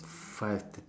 five